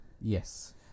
Yes